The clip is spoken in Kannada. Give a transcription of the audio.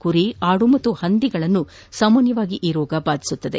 ಕುರಿ ಆಡು ಮತ್ತು ಹಂದಿಗಳನ್ನು ಸಾಮಾನ್ನವಾಗಿ ಈ ರೋಗ ಬಾಧಿಸುತ್ತದೆ